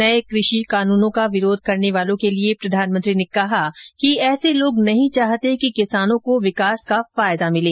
नए कृषि काननों का विरोध करने वालों के लिए प्रधानमंत्री ने कहा कि ऐसे लोग नहीं चाहते कि किसानों को विकास का फायदा पहंचे